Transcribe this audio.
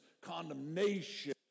condemnation